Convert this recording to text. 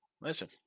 Listen